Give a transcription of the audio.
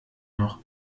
noch